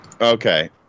okay